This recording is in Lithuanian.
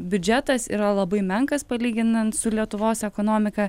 biudžetas yra labai menkas palyginant su lietuvos ekonomika